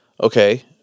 Okay